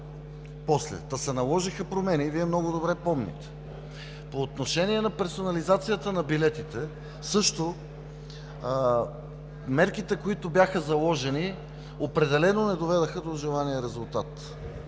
та се наложиха промени и Вие много добре помните. По отношение на персонализацията на билетите – също. Мерките, които бяха заложени, определено не доведоха до желания резултат.